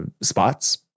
spots